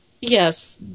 Yes